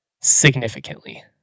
significantly